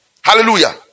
Hallelujah